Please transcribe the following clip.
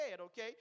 okay